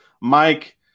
Mike